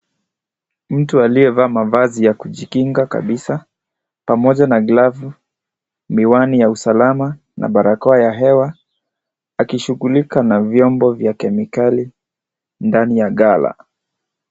Mtu aliyevaa mavazi ya kujikinga kabisa pamoja na glavu miwani ya usalama na barakoa ya hewa akishugulika na vyombo vya kemikali ndani ya gala.